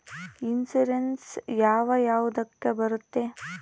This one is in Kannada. ಇನ್ಶೂರೆನ್ಸ್ ಯಾವ ಯಾವುದಕ್ಕ ಬರುತ್ತೆ?